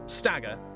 stagger